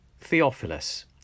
Theophilus